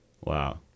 Wow